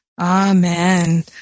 Amen